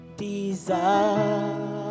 desire